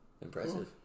impressive